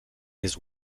his